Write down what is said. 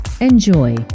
enjoy